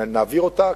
נעביר אותה,